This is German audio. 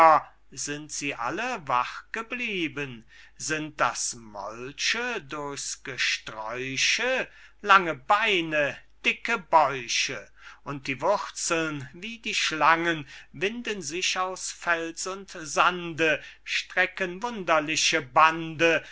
sind sie alle wach geblieben sind das molche durchs gesträuche lange beine dicke bäuche und die wurzeln wie die schlangen winden sich aus fels und sande strecken wunderliche bande